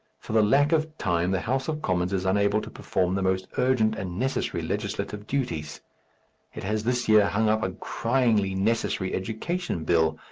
for the lack of time, the house of commons is unable to perform the most urgent and necessary legislative duties it has this year hung up a cryingly necessary education bill,